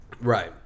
right